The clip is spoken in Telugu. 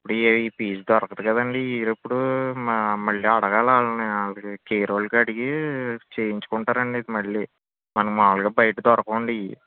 ఇప్పుడు ఈ పీస్ దొరకదు కదండి ఇయర్ ఎప్పుడూ మళ్ళీ అడగాలి వాళ్ళని అల్రెడీ కేర్ వాళ్ళుకు అడిగి చేయించుకుంటారండి మళ్ళీ మనం మామూలుగా బయట దొరకవండి ఇవి